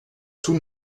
tout